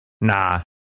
Nah